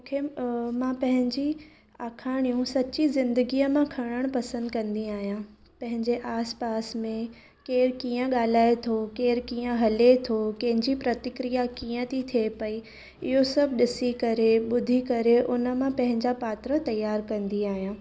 मूंखे मां पंहिंजी आखाणियूं सची ज़िंदगीअ मां खणणु पसंदि कंदी आहियां पंहिंजे आसपास में केरु कीअं ॻाल्हाए थो केरु कीअं हले थो कंहिंजी प्रतिक्रिया कीअं थी थिए पई इहो सभु ॾिसी करे ॿुधी करे उनमां पंहिंजा पात्र तयारु कंदी आहियां